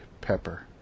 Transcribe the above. pepper